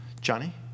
Johnny